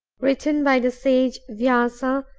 written by the sage vyasa,